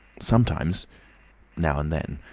sometimes now and then.